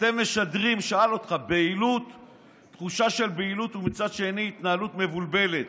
אתם משדרים תחושה של בהילות ומצד התנהלות מבולבלת.